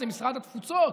זה משרד התפוצות,